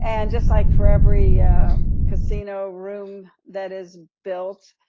and just like for every casino room that is built,